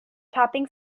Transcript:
topping